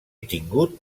tingut